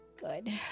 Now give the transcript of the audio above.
good